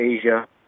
Asia